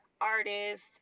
artist